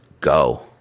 go